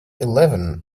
eleven